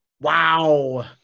Wow